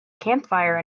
campfire